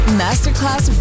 masterclass